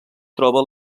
troba